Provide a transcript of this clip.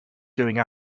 doing